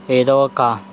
ఏదో ఒక